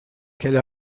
qu’elle